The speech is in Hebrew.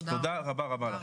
תודה רבה לך.